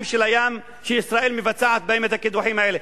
של הים שישראל מבצעת בהם את הקידוחים האלה?